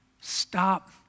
stop